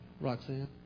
Roxanne